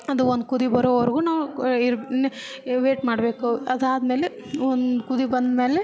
ಅದು ಒಂದು ಕುದಿ ಬರೋವರೆಗೂ ನಾವು ಕು ಇರು ವೇಯ್ಟ್ ಮಾಡಬೇಕು ಅದಾದ್ಮೇಲೆ ಒಂದು ಕುದಿ ಬಂದ್ಮೇಲೆ